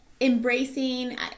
embracing